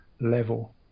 level